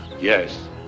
Yes